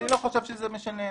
אני לא חושב שזה משנה.